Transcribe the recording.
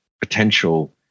potential